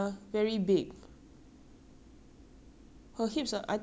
her hips are I think it's like you lor the hips wide then on top quite narrow lah